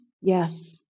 Yes